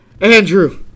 Andrew